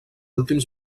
últims